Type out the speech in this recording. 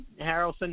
Harrelson